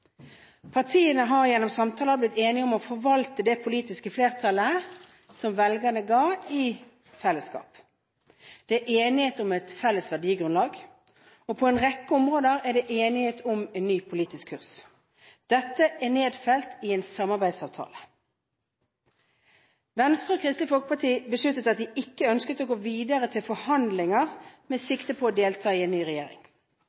Partiene har gjennom samtaler blitt enige om å forvalte det politiske flertallet som velgerne ga, i fellesskap. Det er enighet om et felles verdigrunnlag, og på en rekke områder er det enighet om en ny politisk kurs. Dette er nedfelt i en samarbeidsavtale. Venstre og Kristelig Folkeparti besluttet at de ikke ønsket å gå videre til forhandlinger med sikte på å delta i en ny regjering.